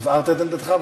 הבהרת את עמדתך.